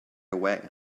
away